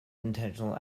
intentional